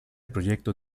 proyecto